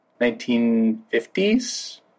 1950s